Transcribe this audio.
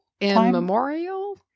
Immemorial